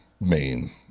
main